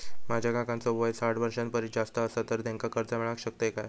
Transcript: माझ्या काकांचो वय साठ वर्षां परिस जास्त आसा तर त्यांका कर्जा मेळाक शकतय काय?